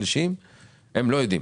הצדדים השלישיים לא יודעים.